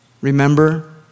Remember